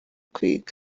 kwiga